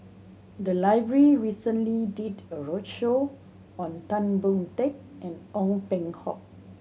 the library recently did a roadshow on Tan Boon Teik and Ong Peng Hock